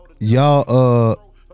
Y'all